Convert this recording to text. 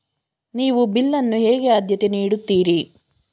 ನೀವು ಬಿಲ್ ಅನ್ನು ಹೇಗೆ ಆದ್ಯತೆ ನೀಡುತ್ತೀರಿ?